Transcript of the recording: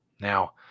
Now